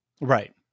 Right